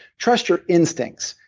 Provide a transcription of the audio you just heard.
trust your instincts.